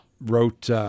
wrote